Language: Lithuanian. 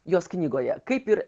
jos knygoje kaip ir